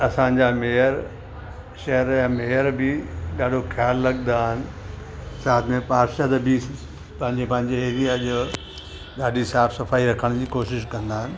असांजा मिअर शहर जा मिअर बि ॾाढो ख़्यालु रखंदा आहिनि साथ में पार्षद बि पंहिंजे पंहिंजे एरिया जो ॾाढी साफ़ु सफ़ाई रखण जी कोशिश कंदा आहिनि